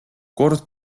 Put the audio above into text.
kord